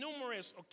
numerous